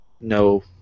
no